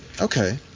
Okay